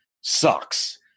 sucks